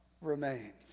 remains